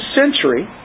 century